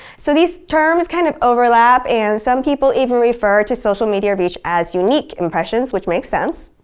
so, these terms kind of overlap, and some people even refer to social media reach as unique impressions, which makes sense.